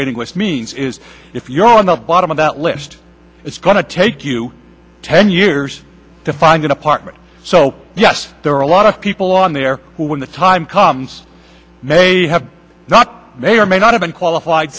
waiting list means is if you're on the bottom of that list it's going to take you ten years to find an apartment so yes there are a lot of people on there who when the time comes may have not may or may not have been qualified